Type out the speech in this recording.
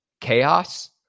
chaos